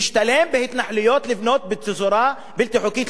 משתלם לבנות בהתנחלויות בצורה בלתי חוקית,